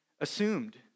assumed